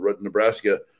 Nebraska